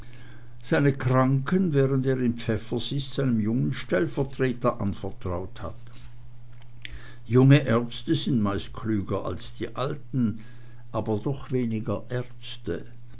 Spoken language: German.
seine kranken während er in pfäffers ist einem jungen stellvertreter anvertraut hat junge ärzte sind meist klüger als die alten aber doch weniger ärzte